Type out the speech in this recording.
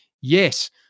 yes